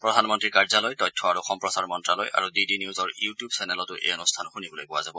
প্ৰধানমন্ত্ৰীৰ কাৰ্যালয় তথ্য আৰু সম্প্ৰচাৰ মন্ত্ৰালয় আৰু ডি ডি নিউজৰ ইউটিউব চেনেলতো এই অনুষ্ঠান উপলব্ধ হব